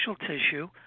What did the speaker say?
tissue